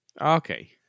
Okay